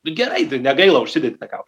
nu gerai tai negaila užsidedi tą kaukę